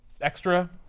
extra